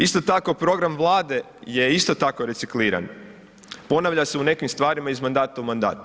Isto tako program Vlade je isto tako recikliran, ponavlja se u nekim stvarima iz mandata u mandat.